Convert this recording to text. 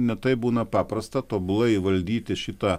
ne taip būna paprasta tobulai įvaldyti šitą